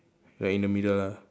like in the middle lah